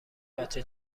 بچه